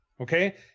Okay